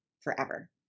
forever